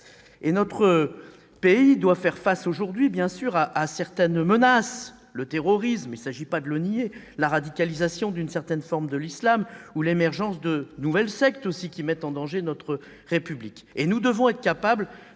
Notre pays doit, bien sûr, faire face aujourd'hui à certaines menaces : le terrorisme, qu'il ne s'agit pas de nier, la radicalisation d'une forme de l'islam ou l'émergence de nouvelles sectes qui mettent en danger notre République.